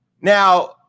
now